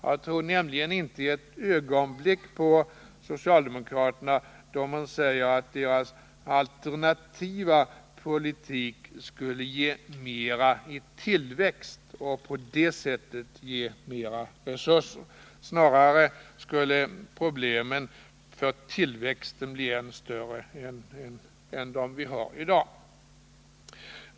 Jag tror nämligen inte ett ögonblick på socialdemokraterna då de säger att deras alternativa politik skulle ge mera i tillväxt och på det sättet ge mera resurser. Snarare skulle problemen när det gäller tillväxten bli än större än de i dag är.